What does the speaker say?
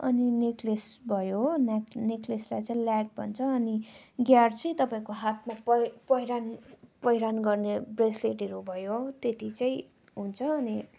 अनि नेकलेस भयो हो नेक नेकलेसलाई चाहिँ ल्याक भन्छ अनि ग्यार चाहिँ तपाईँको हातको पहि पहिरन पहिरन गर्ने ब्रेसलेटहरू भयो त्यति चाहिँ हुन्छ अनि